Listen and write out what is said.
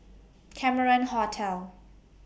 Cameron Hotel